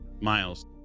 Miles